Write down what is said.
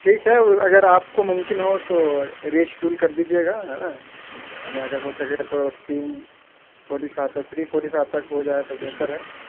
ٹھیک ہے وہ اگر آپ کو ممکن ہو تو ری شیڈول کر دیجیے گا ہاں اگر ہو سکے تو تین فورٹی فائیو تک تھری فورٹی فائیو تک ہو جائے تو بہتر ہے